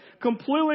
Completely